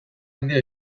handia